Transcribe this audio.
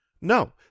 No